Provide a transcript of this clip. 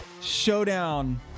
Showdown